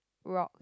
rocks